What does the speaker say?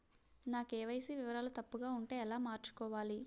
నా కే.వై.సీ వివరాలు తప్పుగా ఉంటే ఎలా మార్చుకోవాలి?